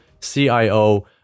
CIO